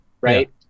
Right